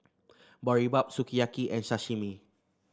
Boribap Sukiyaki and Sashimi